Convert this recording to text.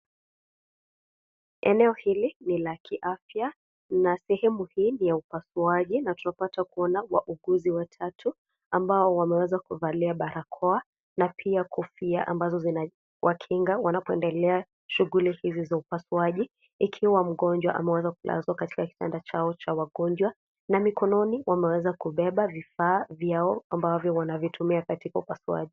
Eneo hili ni ya kiafya na sehemu hii ni ya upasuaji na tunapata kuona wauguzi watatu ambao wameweza kuvalia barakoa na pia kofia ambazo zinawakinga wanapoendalea shughuli hizo za upasuaji ikiwa mgonjwa ameweza kulazwa katika kitanda chao cha wagonjwa na mikononi waneweza kubeba vifaa vyao ambavyo wanavitumia katika upasuaji.